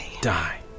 Die